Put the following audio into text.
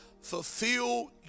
fulfill